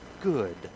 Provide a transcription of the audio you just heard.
good